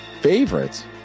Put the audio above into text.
favorites